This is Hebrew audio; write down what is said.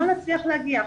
לא נצליח להגיע.